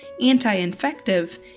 anti-infective